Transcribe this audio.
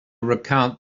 recount